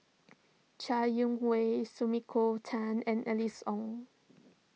Chai Yee Wei Sumiko Tan and Alice Ong